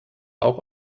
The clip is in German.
auch